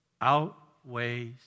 outweighs